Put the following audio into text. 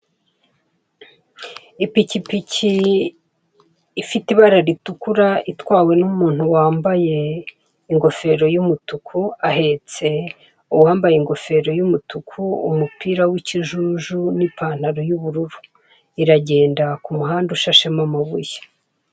Ipikipiki ifite ibara ritukura, itwawe n'umuntu wambaye ingofero y'umutuku, ahetse uwambaye ingofero y'umutuku, umupira w'ikijuju, n'ipantaro y'ubururu. Iragenda ku muhanda ushashemo amabuye.